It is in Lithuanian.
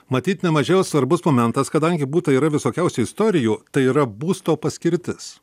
matyt nemažiau svarbus momentas kadangi būta yra visokiausių istorijų tai yra būsto paskirtis